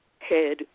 Head